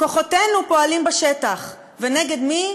כוחותינו פועלים בשטח, ונגד מי?